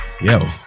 yo